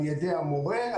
על ידי המורה,